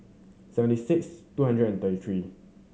seventy six two hundred and thirty three